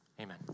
Amen